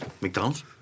McDonald's